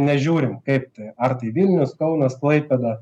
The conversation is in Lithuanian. nežiūrim kaip tai ar tai vilnius kaunas klaipėda